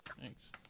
Thanks